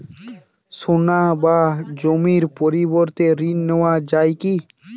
সোনা বা জমির পরিবর্তে ঋণ নেওয়া যায় কী?